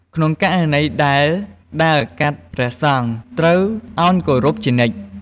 ក្នុងករណីដែលដើរកាត់ព្រះសង្ឃត្រូវអោនគោរពជានិច្ច។